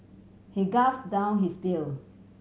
he gulp down his beer